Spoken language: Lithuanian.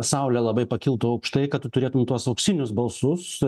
saulė labai pakiltų aukštai kad tu turėtum tuos auksinius balsus